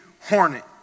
Hornet